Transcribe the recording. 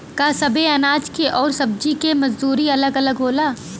का सबे अनाज के अउर सब्ज़ी के मजदूरी अलग अलग होला?